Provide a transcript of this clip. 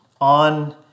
on